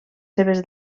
seves